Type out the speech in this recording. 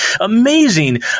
Amazing